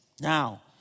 now